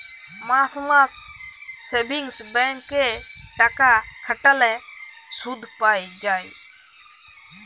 মাস মাস savings bank এ টাকা খাটাল্যে শুধ পাই যায়